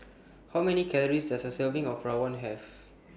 How Many Calories Does A Serving of Rawon Have